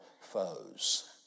foes